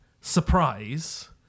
surprise